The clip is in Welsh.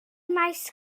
maes